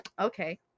Okay